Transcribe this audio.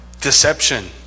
deception